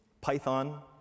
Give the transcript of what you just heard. Python